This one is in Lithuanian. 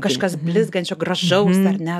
kažkas blizgančio gražaus ar ne